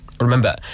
Remember